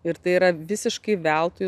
ir tai yra visiškai veltui